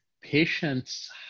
patients